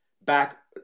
back